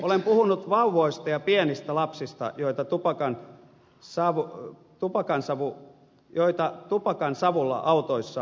olen puhunut vauvoista ja pienistä lapsista joita tupakansavulla autoissa myrkytetään